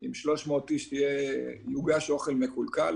עם 300 איש יוגש אוכל מקולקל,